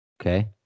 Okay